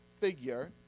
figure